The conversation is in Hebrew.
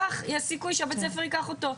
כך יש סיכוי שבית הספר ייקח אותו.